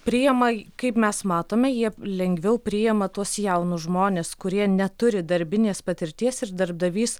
priima kaip mes matome jie lengviau priima tuos jaunus žmones kurie neturi darbinės patirties ir darbdavys